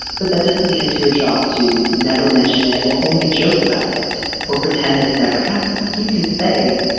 but that doesn't mean it's your job to never mention it or only joke about it or pretend that it never happened. like you can say,